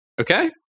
Okay